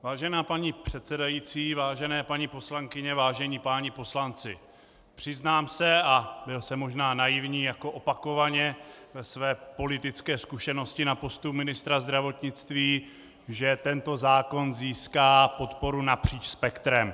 Vážená paní předsedající, vážené paní poslankyně, vážení páni poslanci, přiznám se, a byl jsem možná naivní jako opakovaně ve své politické zkušenosti na postu ministra zdravotnictví, že tento zákon získá podporu napříč spektrem.